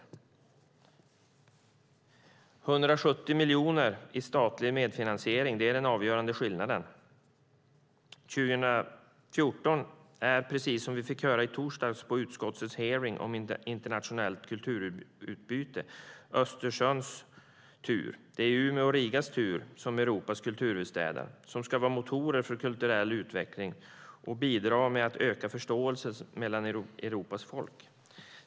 170 miljoner i statlig medfinansiering är den avgörande skillnaden. År 2014 är det Östersjöns tur, som vi fick höra i torsdags på utskottets hearing om internationellt kulturutbyte. Det är Umeås och Rigas tur som Europas kulturhuvudstäder. De ska vara motorer för kulturell utveckling och bidra till att öka förståelsen mellan Europas folk.